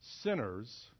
sinners